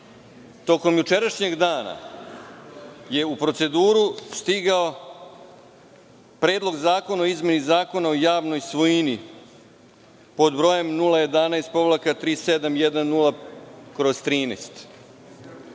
tokom jučerašnjeg dana je u proceduru stigao Predlog zakona o izmeni Zakona o javnoj svojini pod brojem 011-3710/13.